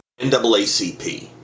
NAACP